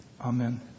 Amen